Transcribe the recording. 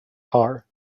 car